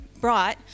brought